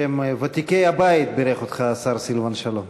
בשם ותיקי הבית בירך אותך השר סילבן שלום.